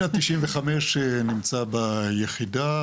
1995 נמצא ביחידה,